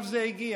עכשיו זה הגיע.